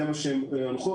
זה מה שהם הונחו,